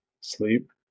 Sleep